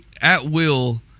at-will